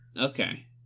Okay